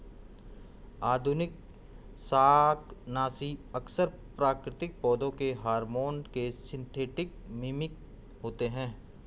आधुनिक शाकनाशी अक्सर प्राकृतिक पौधों के हार्मोन के सिंथेटिक मिमिक होते हैं